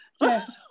Yes